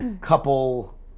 couple